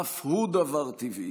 אף הוא דבר טבעי.